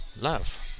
love